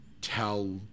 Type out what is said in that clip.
tell